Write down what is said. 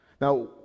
Now